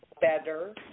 better